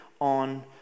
on